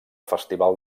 festival